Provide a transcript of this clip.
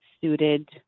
suited